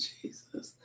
Jesus